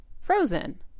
Frozen